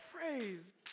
Praise